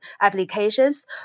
applications